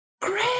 great